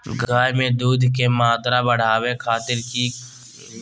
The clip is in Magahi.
गाय में दूध के मात्रा बढ़ावे खातिर कि खिलावे के चाही?